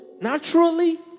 Naturally